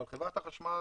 אבל חברת החשמל